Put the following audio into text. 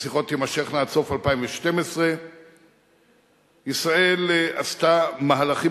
השיחות תימשכנה עד סוף 2012. ישראל עשתה מהלכים